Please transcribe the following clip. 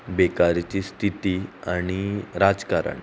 बेकारीची स्थिती आनी राजकारण